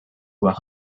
were